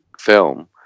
film